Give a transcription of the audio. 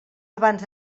abans